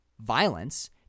Violence